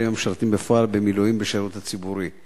המשרתים בפועל במילואים בשירות הציבורי.